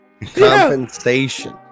compensation